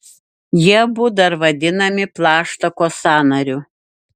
jie abu dar vadinami plaštakos sąnariu